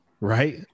Right